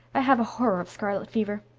i have a horror of scarlet fever.